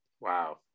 Wow